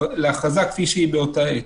להכרזה כפי שהיא באותה עת.